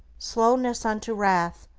slowness unto wrath,